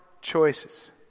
choices